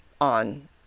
on